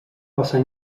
passar